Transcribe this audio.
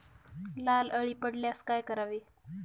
लाल अळी पडल्यास काय करावे?